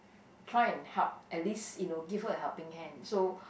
try and help at least you know give her a helping hand so